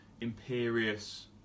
imperious